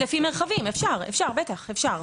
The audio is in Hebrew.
אפשר לפי מרחבים, בטח, אפשר.